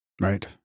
Right